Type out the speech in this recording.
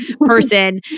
person